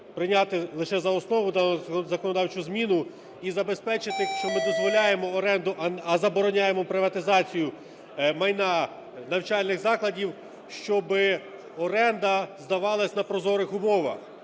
прийняти лише за основу дану законодавчу зміну і забезпечити, що ми дозволяємо оренду, а забороняємо приватизацію майна навчальних закладів, щоб оренда здавалась на прозорих умовах.